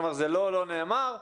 זה נאמר.